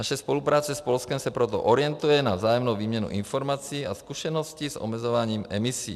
Naše spolupráce s Polskem se proto orientuje na vzájemnou výměnu informací a zkušeností s omezováním emisí.